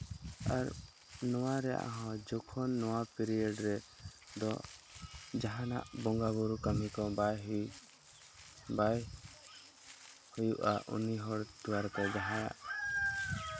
ᱟᱨ ᱱᱚᱣᱟ ᱨᱮᱭᱟᱜ ᱦᱚᱸ ᱡᱚᱠᱷᱚᱱ ᱱᱚᱣᱟ ᱯᱤᱨᱤᱭᱳᱰ ᱨᱮ ᱫᱚ ᱡᱟᱦᱟᱱᱟᱜ ᱵᱚᱸᱜᱟᱼᱵᱩᱨᱩ ᱠᱟᱹᱢᱤ ᱠᱚ ᱵᱟᱭ ᱦᱩᱭ ᱵᱟᱭ ᱦᱩᱭᱩᱜᱼᱟ ᱩᱱᱤ ᱦᱚᱲ ᱡᱟᱦᱟᱸᱭᱟᱜ